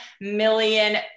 million